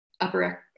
upper